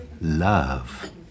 love